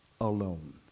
alone